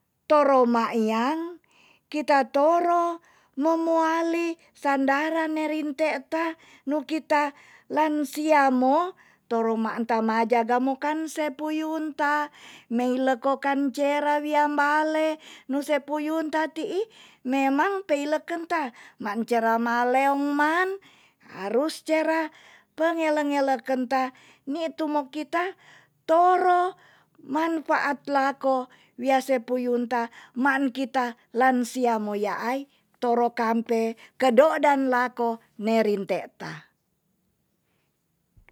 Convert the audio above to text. Toro ma ian kita toro no moali sandaran ne rinte ta nu kita lansia mo toro man ta ma jaga mokan se puyun ta meila kokan cera wia mbale nuse puyun ta tii memang pei leken ta man cera ma leong man harus cera pengele ngeleken ta nitu mo kita toro manfaat lako wia se puyun ta maan kita lansia mo yaai toro kampe kedodan lako ne rinte ta